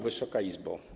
Wysoka Izbo!